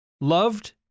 Loved